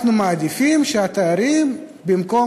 אנחנו מעדיפים שהתיירים, במקום